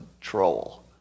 troll